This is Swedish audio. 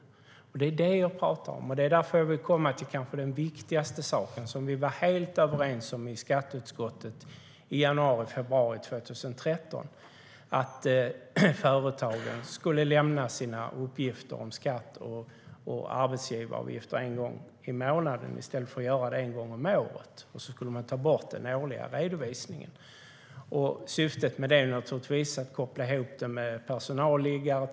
Det är det jag talar om. Därför vill jag komma fram till den kanske viktigaste saken, som vi var helt överens om i skatteutskottet i januari februari 2013, nämligen att företagen skulle lämna sina uppgifter om skatt och arbetsgivaravgifter en gång i månaden i stället för en gång om året. Och då skulle man ta bort den årliga redovisningen. Syftet var naturligtvis att koppla ihop det med till exempel personalliggare.